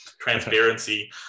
transparency